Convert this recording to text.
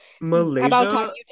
Malaysia